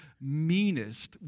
meanest